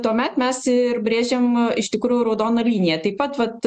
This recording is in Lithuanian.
tuomet mes ir brėžiam iš tikrųjų raudoną liniją taip pat vat